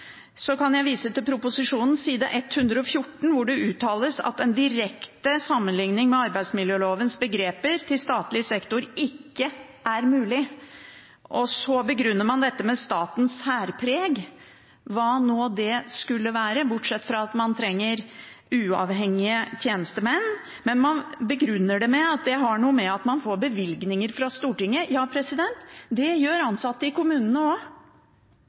kan jeg vise til proposisjonen, side 114, hvor det uttales at en direkte overføring av arbeidsmiljølovens begrep til statlig sektor «ikke er mulig». Man begrunner dette med «statens særpreg» – hva nå det skulle være, bortsett fra at man trenger uavhengige tjenestemenn. Man begrunner det med at man får bevilgninger fra Stortinget. Ja, det gjør ansatte i kommunene